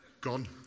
gone